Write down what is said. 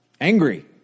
angry